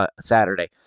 Saturday